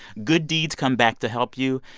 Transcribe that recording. good deeds come back to help you,